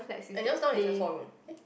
and yours now is a four room eh